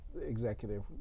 executive